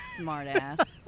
smartass